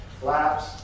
Flaps